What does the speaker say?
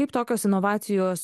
kaip tokios inovacijos